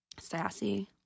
Sassy